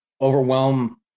overwhelm